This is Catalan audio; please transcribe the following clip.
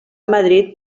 madrid